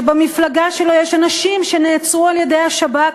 שבמפלגה שלו יש אנשים שנעצרו על-ידי השב"כ